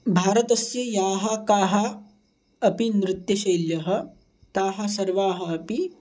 भारतस्य याः काः अपि नृत्यशैल्यः ताः सर्वाः अपि